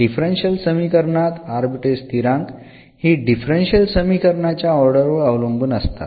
differential समीकरणात arbitrary स्थिरांक हि डिफरन्शियल समीकरणाच्या ऑर्डर वर अवलंबून असतात